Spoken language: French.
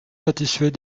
satisfait